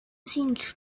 seemed